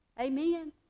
Amen